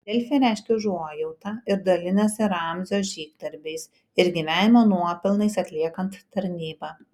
delfi reiškia užuojautą ir dalinasi ramzio žygdarbiais ir gyvenimo nuopelnais atliekant tarnybą